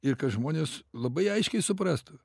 ir kad žmonės labai aiškiai suprastų